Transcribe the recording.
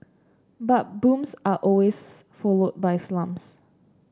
but booms are always followed by slumps